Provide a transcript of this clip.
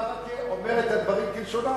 מוחמד ברכה אומר את הדברים כלשונם.